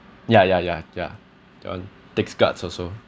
ya ya ya ya that one takes guts also